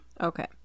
Okay